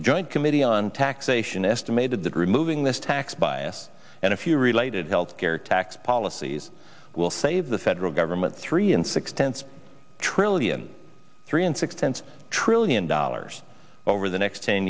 the joint committee on taxation estimated that removing this tax bias and a few related health care tax policies will save the federal government three and sixpence a trillion three and sixpence trillion dollars over the next ten